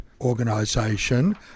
organization